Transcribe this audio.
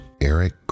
Eric